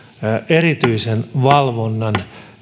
erityisen valvonnan